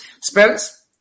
Spence